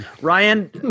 Ryan